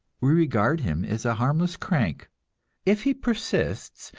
we regard him as a harmless crank if he persists,